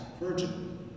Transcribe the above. virgin